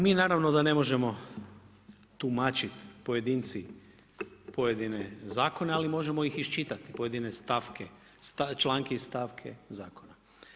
Mi naravno da ne možemo tumačiti pojedinci pojedine zakone, ali možemo ih iščitati, pojedine stavke, pojedine članke i stavke zakona.